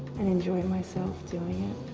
and enjoy myself doing it.